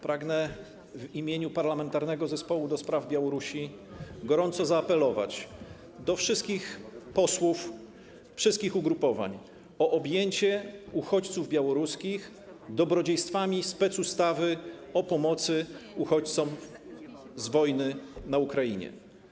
Pragnę w imieniu Parlamentarnego Zespołu ds. Białorusi gorąco zaapelować do wszystkich posłów wszystkich ugrupowań o objęcie uchodźców białoruskich dobrodziejstwami specustawy o pomocy uchodźcom, ofiarom wojny na Ukrainie.